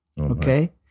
Okay